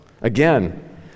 Again